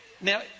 Now